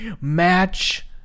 match